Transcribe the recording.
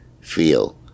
feel